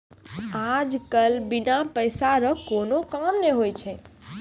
आज कल बिना पैसा रो कोनो काम नै हुवै छै